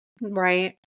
Right